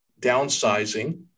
downsizing